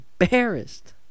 embarrassed